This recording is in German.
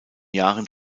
jahren